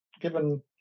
given